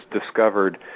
discovered